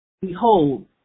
Behold